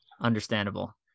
understandable